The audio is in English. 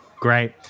Great